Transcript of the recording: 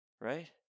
Right